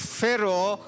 pharaoh